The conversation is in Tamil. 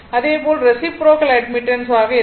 அதேபோல் ரெசிப்ரோக்கல் அட்மிட்டன்ஸ் ஆக இருக்கும்